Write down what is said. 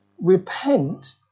repent